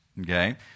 okay